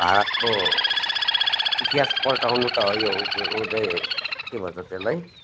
भारतको इतिहास पल्टाउनु त हो यो उदय के भन्छ त्यसलाई